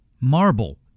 marble